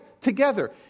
together